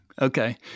Okay